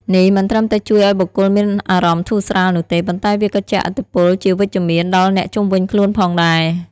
នេះមិនត្រឹមតែជួយឱ្យបុគ្គលមានអារម្មណ៍ធូរស្រាលនោះទេ ប៉ុន្តែវាក៏ជះឥទ្ធិពលជាវិជ្ជមានដល់អ្នកជុំវិញខ្លួនផងដែរ។